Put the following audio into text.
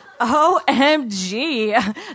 omg